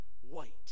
white